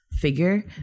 figure